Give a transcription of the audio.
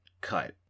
cut